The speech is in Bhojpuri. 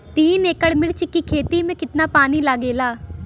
तीन एकड़ मिर्च की खेती में कितना पानी लागेला?